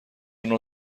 نوع